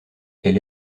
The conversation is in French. elle